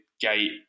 gate